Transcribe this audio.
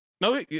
no